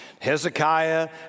Hezekiah